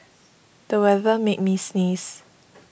the weather made me sneeze